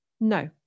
No